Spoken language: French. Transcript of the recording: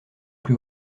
plus